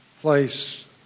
place